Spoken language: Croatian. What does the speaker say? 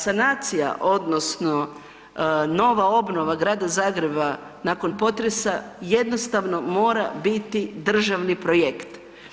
Sanacija odnosno nova obnova Grada Zagreba nakon potresa jednostavno mora biti državni projekt.